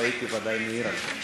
אז הייתי ודאי מעיר על זה.